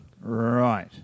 Right